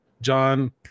John